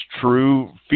true